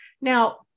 Now